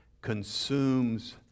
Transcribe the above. consumes